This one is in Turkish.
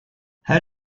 her